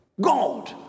God